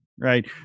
Right